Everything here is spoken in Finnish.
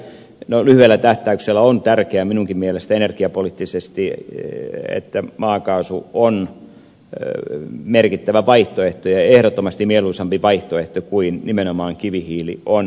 no lyhyellä tähtäyksellä on tärkeää minunkin mielestäni energiapoliittisesti että maakaasu on merkittävä vaihtoehto ja se on ehdottomasti mieluisampi vaihtoehto kuin nimenomaan kivihiili on